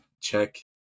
Check